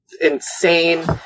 insane